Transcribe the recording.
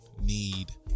need